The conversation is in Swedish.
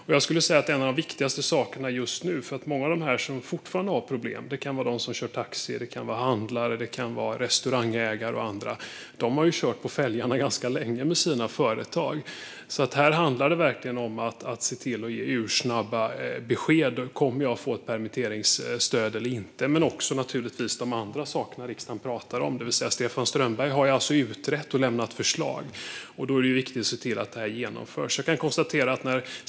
Det är en av de viktigaste sakerna just nu. Många har fortfarande problem; det kan vara de som kör taxi, det kan vara handlare, det kan vara restaurangägare och andra. De har kört sina företag på fälgarna ganska länge nu. Här handlar det verkligen om att ge ursnabba besked om man kommer att få permitteringsstöd eller inte. Men det gäller naturligtvis också de andra sakerna som riksdagen pratar om. Stefan Strömberg har utrett och lämnat förslag. Det är viktigt att se till att de genomförs.